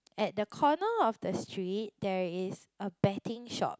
at the corner of the street there is a betting shop